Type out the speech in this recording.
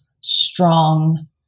strong